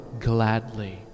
gladly